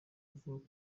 avuga